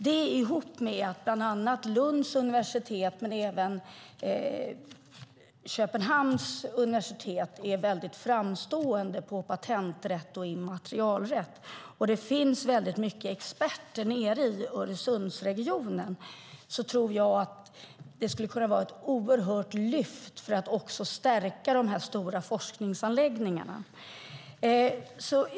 Detta tillsammans med att bland annat Lunds universitet men även Köpenhamns universitet är mycket framstående på patenträtt och immaterialrätt och att det finns många experter nere i Öresundsregionen tror jag skulle kunna vara ett stort lyft för att stärka dessa stora forskningsanläggningar.